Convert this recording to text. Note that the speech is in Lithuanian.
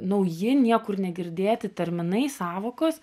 nauji niekur negirdėti terminai sąvokos